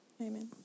Amen